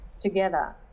together